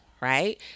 right